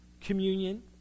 communion